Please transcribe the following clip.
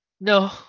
No